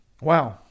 Wow